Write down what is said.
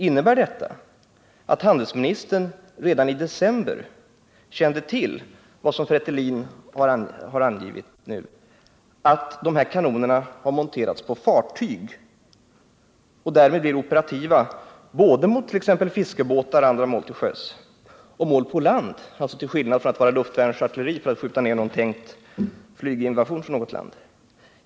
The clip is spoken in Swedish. Innebär det att handelsministern redan i december kände till det som FRETILIN har angivit, nämligen att de här kanonerna har monterats på fartyg och därmed blivit operativa både mot t.ex. fiskebåtar och andra mål till sjöss och mot mål på land — till skillnad från det ursprungliga syftet att de skulle användas av luftvärnsartilleri för att hejda flyginvasion från något land?